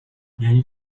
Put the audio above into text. یعنی